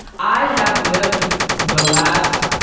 i have lived the last,